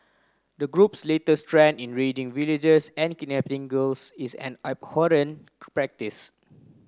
the group's latest trend in raiding villages and kidnapping girls is an abhorrent practice